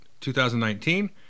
2019